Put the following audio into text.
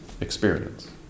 experience